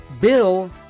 Bill